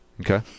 Okay